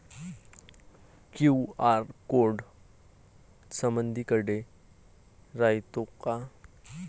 QR code समदीकडे रायतो का?